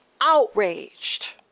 outraged